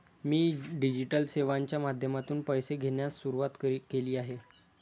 मी digital सेवांच्या माध्यमातून पैसे घेण्यास सुरुवात केली आहे